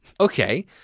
Okay